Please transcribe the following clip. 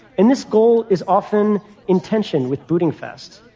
and this goal is often in tension with booting fast.